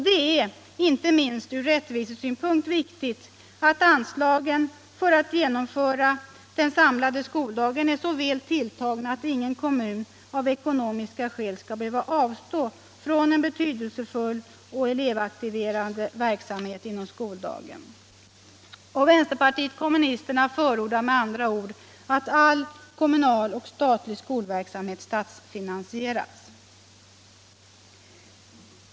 Det är inte minst från rättvisesynpunkt viktigt att anslagen för att genomföra den samlade skoldagen är så väl tilltagna att ingen kommun av ekonomiska skäl skall behöva avstå från en betydelsefull och elevaktiverande verksamhet inom skoldagen. Vänsterpartiet kommunisterna förordar med andra ord att all kommunal och statlig skolverksamhet statsfinansieras.